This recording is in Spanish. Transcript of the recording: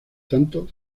tanto